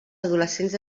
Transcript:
adolescents